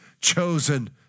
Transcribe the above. chosen